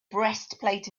breastplate